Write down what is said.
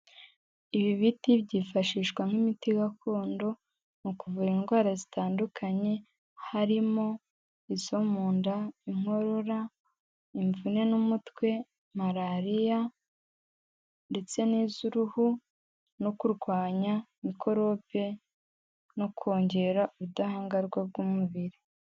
Ibi biti byifashishwa nk'imiti gakondo mu kuvura indwara zitandukanye, harimo izo mu nda, inkorora, imvune n'umutwe, malaririya ndetse n'iz'uruhu, no kurwanya mikorobe, no kongera ubudahangarwa bw'umubiri.